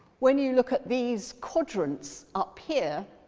when you look at these quadrants up here,